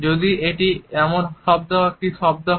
যদিও এটি যদি এমন একটি শব্দ হয়